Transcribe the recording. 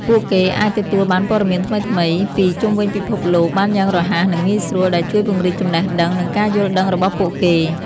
ពួកគេអាចទទួលបានព័ត៌មានថ្មីៗពីជុំវិញពិភពលោកបានយ៉ាងរហ័ស និងងាយស្រួល ដែលជួយពង្រីកចំណេះដឹង និងការយល់ដឹងរបស់ពួកគេ។